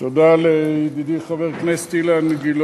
תודה לידידי, חבר הכנסת אילן גילאון.